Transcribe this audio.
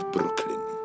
Brooklyn